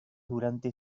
durante